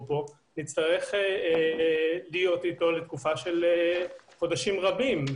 פה נצטרך להיות איתו לתקופה של חודשים רבים.